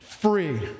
free